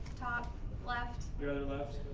top left. your other left.